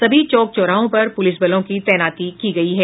सभी चौक चौराहों पर पुलिस बलों की तैनाती की गयी है